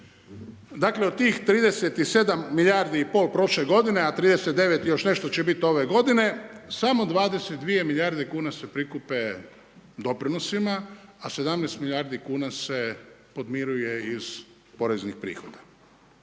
dakle od tih 37 milijardi i pol prošle godine, a 39 i još nešto će biti ove godine, samo 22 milijarde kuna se prikupe doprinosima, a 17 milijardi kuna se podmiruje iz poreznih prihoda.